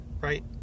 right